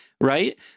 right